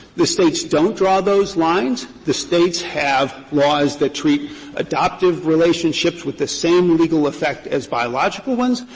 the states don't draw those lines. the states have laws that treat adoptive relationships with the same legal effect as biological ones.